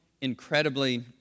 incredibly